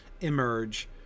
emerge